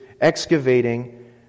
excavating